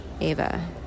ava